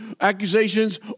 accusations